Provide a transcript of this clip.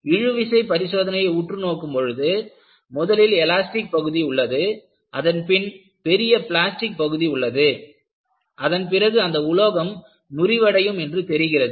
இழுவிசை பரிசோதனையை உற்று நோக்கும் பொழுது முதலில் எலாஸ்டிக் பகுதி உள்ளது அதன்பின் பெரிய பிளாஸ்டிக் பகுதி உள்ளது அதன்பிறகு அந்த உலோகம் முறிவடையும் என்று தெரிகிறது